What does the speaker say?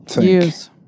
Use